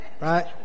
right